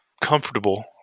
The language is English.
comfortable